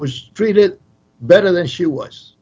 was treated better than she was